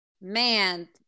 man